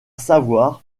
savoir